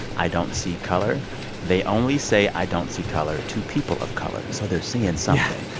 i don't see color they only say, i don't see color to people of color. so they're seeing something